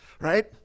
right